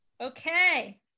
Okay